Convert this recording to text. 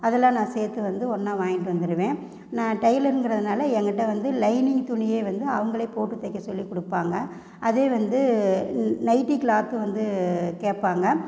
அதெல்லாம் நான் சேர்த்து வந்து ஒன்னாக வாங்கிட்டு வந்துருவேன் நான் டைலருங்கிறனால எங்கிட்ட வந்து லைனிங் துணியே வந்து அவங்களே போட்டு தைக்க சொல்லி கொடுப்பாங்க அதே வந்து நைட்டி க்ளாத்தும் வந்து கேட்பாங்க